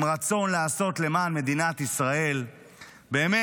עם רצון לעשות למען מדינת ישראל באמת.